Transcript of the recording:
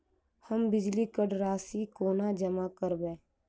हम बिजली कऽ राशि कोना जमा करबै?